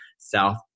South